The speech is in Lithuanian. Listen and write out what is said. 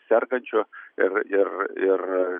sergančių ir ir ir